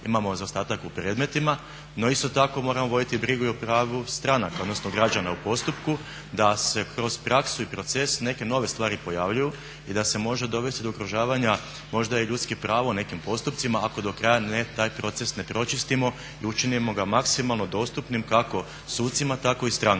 imamo zaostatak u predmetima. No isto tako moramo voditi brigu i o pravu stranaka odnosno građana u postupku da se kroz praksu i proces neke nove stvari pojavljuju i da se može dovesti do ugrožavanja možda i ljudskih prava u nekim postupcima, ako do kraja taj proces ne pročistimo i učinimo ga maksimalno dostupnim kako sucima tako i strankama.